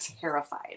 terrified